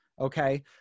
okay